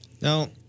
Now